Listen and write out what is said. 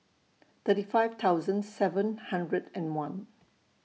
thirty five thousand seven hundred and one